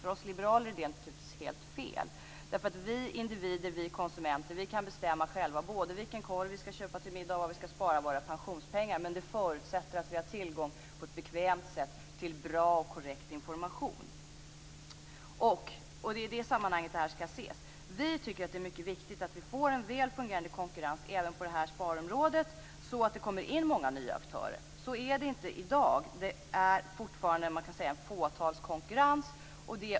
För oss liberaler är det naturligtvis helt fel. Vi individer och konsumenter kan ju bestämma själva både vilken korv vi skall köpa till middag och var vi skall spara våra pensionspengar. Men det förutsätter att vi på ett bekvämt sätt har tillgång till bra och korrekt information. Det är i det sammanhanget det här skall ses. Vi tycker att det är mycket viktigt att vi får en väl fungerande konkurrens även på det här sparområdet, så att det kommer in många nya aktörer. Så är det inte i dag, utan det är fortfarande fåtalskonkurrens.